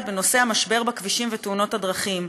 בנושא המשבר בכבישים ותאונות הדרכים.